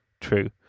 true